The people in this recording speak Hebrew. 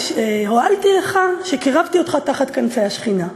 הועלתי לך שקירבתי אותך תחת כנפי השכינה.